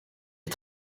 est